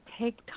take